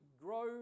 grow